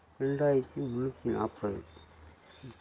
ரெண்டாயிரத்து முன்னூற்றி நாற்பது